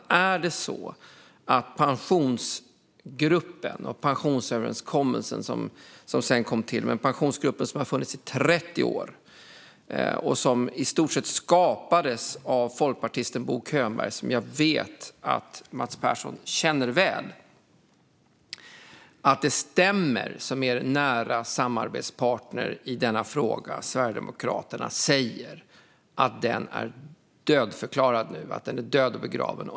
Stämmer det som er nära samarbetspartner i denna fråga, Sverigedemokraterna, säger, nämligen att Pensionsgruppen, med den pensionsöverenskommelse som sedan kom till, som har funnits i 30 år och som i stort sett skapades av folkpartisten Bo Könberg, som jag vet att Mats Persson känner väl, nu är dödförklarad och är död och begraven?